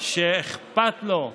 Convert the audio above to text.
שאכפת לו,